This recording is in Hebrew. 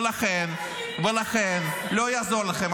ולכן לא יעזור לכם.